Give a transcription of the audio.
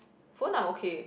phone I'm okay